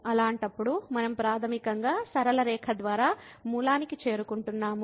అలాంటప్పుడు మనం ప్రాథమికంగా సరళ రేఖ ద్వారా మూలానికి చేరుకుంటున్నాము